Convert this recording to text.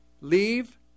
Leave